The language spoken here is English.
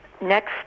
next